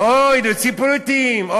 היו אילוצים פוליטיים.